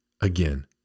again